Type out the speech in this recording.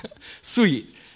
sweet